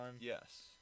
Yes